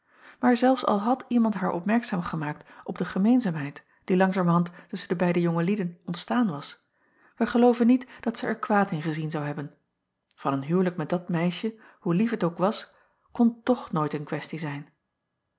aar zelfs al had iemand haar opmerkzaam gemaakt op de gemeenzaamheid die langzamerhand tusschen de beide jonge lieden ontstaan was wij gelooven niet dat zij er kwaad in gezien zou hebben an een huwelijk met dat meisje hoe lief het ook was kon toch nooit een questie zijn